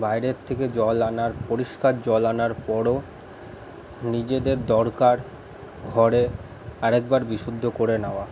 বাইরের থেকে জল আনার পরিষ্কার জল আনার পরও নিজেদের দরকার ঘরে আরেকবার বিশুদ্ধ করে নেওয়া